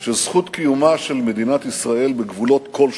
של זכות קיומה של מדינת ישראל בגבולות כלשהם,